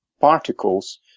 particles